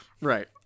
Right